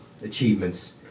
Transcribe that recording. achievements